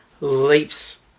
leaps